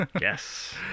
Yes